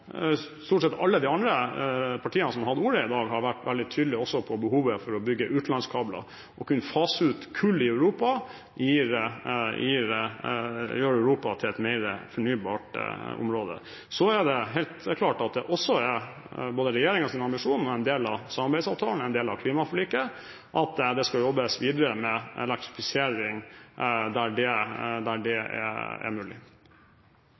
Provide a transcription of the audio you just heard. stort sett alle de andre partiene som har hatt ordet i dag, har vært veldig tydelige også på behovet for å bygge utenlandskabler. Det å kunne fase ut kull i Europa gjør Europa til et mer fornybart område. Så er det helt klart at det også er både regjeringens ambisjon og en del av samarbeidsavtalen, en del av klimaforliket, at det skal jobbes videre med elektrifisering der det er mulig.